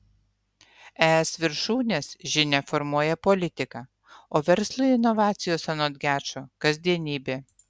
es viršūnės žinia formuoja politiką o verslui inovacijos anot gečo kasdienybė